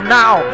now